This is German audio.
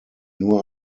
nur